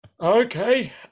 okay